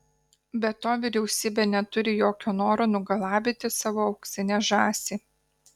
be to vyriausybė neturi jokio noro nugalabyti savo auksinę žąsį